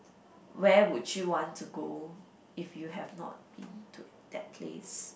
where would you want to go if you have not been to that place